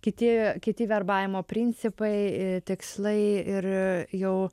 kiti kiti verbavimo principai tikslai ir jau